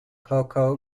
coco